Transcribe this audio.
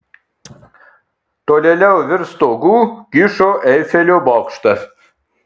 tolėliau virš stogų kyšo eifelio bokštas